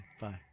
bye